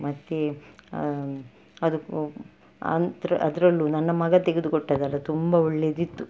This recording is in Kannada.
ಮತ್ತೆ ಅದು ಅಂತರ ಅದರಲ್ಲೂ ನನ್ನ ಮಗ ತೆಗೆದುಕೊಟ್ಟದ್ದಲ್ಲ ತುಂಬ ಒಳ್ಳೇದಿತ್ತು